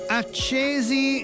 accesi